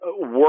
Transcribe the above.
Work